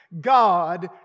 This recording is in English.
God